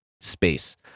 space